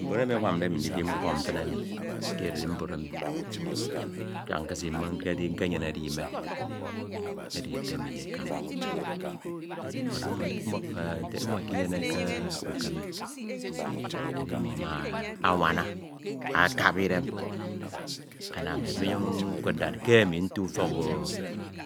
Mbon oro anwamde ami ndidi mkpo mfin yenede ime nte ete mi ye eka mi otho mmo ikinyeneke ukeme edi mmo ana anwana akabi idem anam ami nyuñ nkid that ke emi ntu ufọk